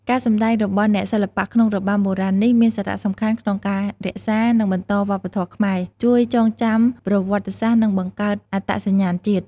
ការសម្តែងរបស់អ្នកសិល្បៈក្នុងរបាំបុរាណនេះ មានសារៈសំខាន់ក្នុងការរក្សា និងបន្តវប្បធម៌ខ្មែរ ជួយចងចាំប្រវត្តិសាស្ត្រ និងបង្កើតអត្តសញ្ញាណជាតិ។